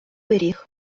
пиріг